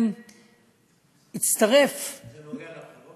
והוא הצטרף, זה נוגע לבחירות?